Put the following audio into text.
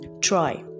Try